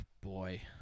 boy